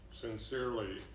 sincerely